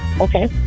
Okay